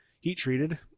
heat-treated